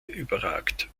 überragt